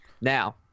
Now